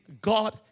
God